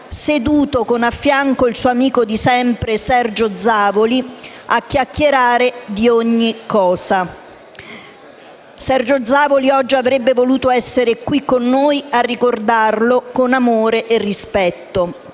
seduto con al fianco il suo amico di sempre, Sergio Zavoli, a chiacchierare di ogni cosa. Sergio Zavoli oggi avrebbe voluto essere qui con noi a ricordarlo con amore e rispetto.